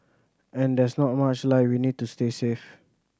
and there's not much light we need to stay safe